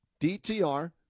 DTR